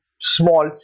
small